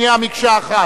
מקשה אחת.